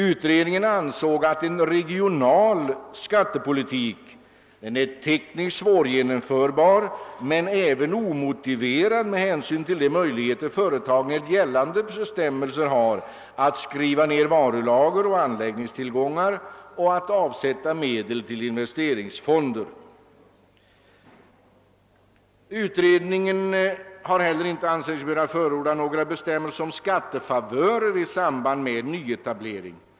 Utredningen ansåg att en »regional» skattepolitik är tekniskt svårgenomförbar men även omotiverad med hänsyn till de möjligheter som företagen enligt gällande bestämmelser har att skriva ned varulager och anläggningstillgångar och att avsätta medel till investeringsfonder. Utredningen har heller inte ansett sig kunna förorda några bestämmelser om skattefavörer i samband med nyetablering.